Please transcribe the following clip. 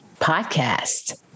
podcast